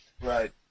Right